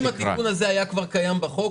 אם התיקון הזה היה כבר קיים בחוק,